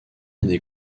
année